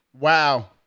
wow